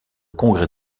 congrès